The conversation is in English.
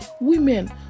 Women